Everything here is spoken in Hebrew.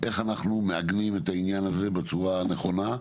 איך אנחנו מעגנים את העניין הזה בצורה נכונה.